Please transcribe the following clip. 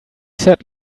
said